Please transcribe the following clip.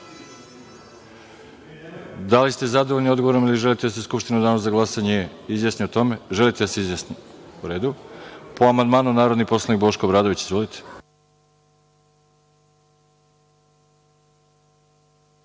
li ste zadovoljni odgovorom ili želite da se Skupština u danu za glasanje izjasni o tome? Želite da se izjasni. U redu. Po amandmanu, narodni poslanik Boško Obradović. Izvolite.